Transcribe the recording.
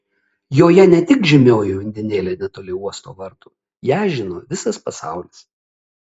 joje ne tik žymioji undinėlė netoli uosto vartų ją žino visas pasaulis